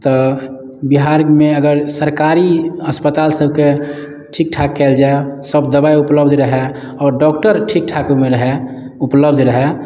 तऽ बिहार मे अगर सरकारी अस्पताल सबके ठीक ठाक कयल जाय सब दबाइ उपलब्ध रहए आओर डॉक्टर ठीक ठाक ओहिमे रहय उपलब्ध रहय